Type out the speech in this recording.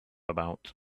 about